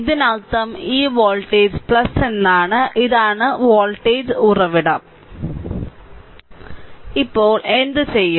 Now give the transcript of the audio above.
ഇതിനർത്ഥം ഈ വോൾട്ടേജ് എന്നാണ് ഇതാണ് വോൾട്ടേജ് ഉറവിടം ഇപ്പോൾ എന്തുചെയ്യും